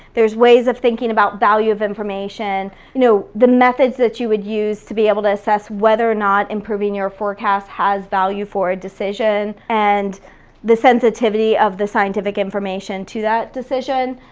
there's ways of thinking about value of information, you know the methods that you would use to be able to assess whether or not improving your forecast has value for a decision, and the sensitivity of the scientific information to that decision.